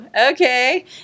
okay